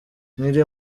nkiri